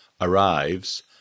arrives